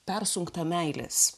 persunktą meilės